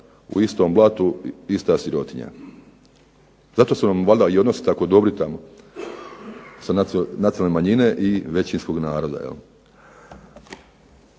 u istom blatu, ista sirotinja, zato su nam valjda i odnosi tako dobri tamo, nacionalne manjine i većinskog naroda.